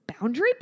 Boundary